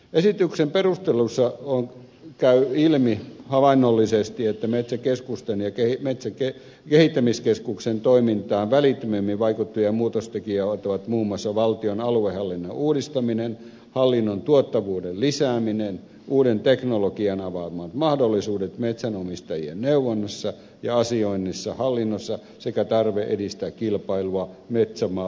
esityksen perusteluista käy ilmi havainnollisesti että metsäkeskusten ja kehittämiskeskuksen toimintaan välittömimmin vaikuttavia muutostekijöitä ovat muun muassa valtion aluehallinnon uudistaminen hallinnon tuottavuuden lisääminen uuden teknologian avaamat mahdollisuudet metsänomistajien neuvonnassa ja asioinnissa hallinnossa sekä tarve edistää kilpailua metsäpalvelumarkkinoilla